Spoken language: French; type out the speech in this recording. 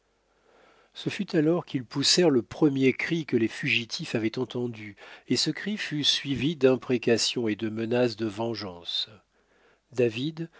ce fut alors qu'ils poussèrent le premier cri que les fugitifs avaient entendu et ce cri fut suivi d'imprécations et de menaces de vengeance david